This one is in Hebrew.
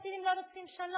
שהפלסטינים לא רוצים שלום.